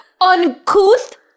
Uncouth